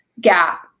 gap